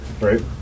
Right